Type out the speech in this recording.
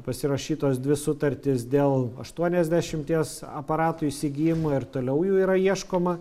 pasirašytos dvi sutartys dėl aštuoniasdešimties aparatų įsigijimo ir toliau jų yra ieškoma